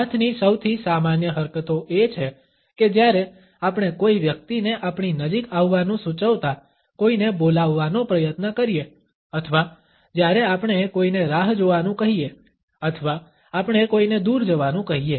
હાથની સૌથી સામાન્ય હરકતો એ છે કે જ્યારે આપણે કોઈ વ્યક્તિને આપણી નજીક આવવાનું સૂચવતા કોઈને બોલાવવાનો પ્રયત્ન કરીએ અથવા જ્યારે આપણે કોઈને રાહ જોવાનું કહીએ અથવા આપણે કોઈને દૂર જવાનું કહીએ